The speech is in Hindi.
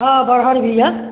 हँ बरहर भी है